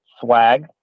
swag